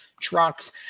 trucks